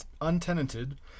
untenanted